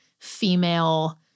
female